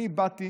אני באתי